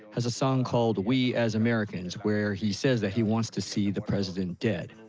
has a song called we as americans, where he says that he wants to see the president dead.